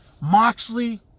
Moxley